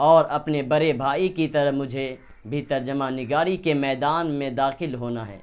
اور اپنے بڑے بھائی کی طرح مجھے بھی ترجمہ نگاری کے میدان میں داخل ہونا ہے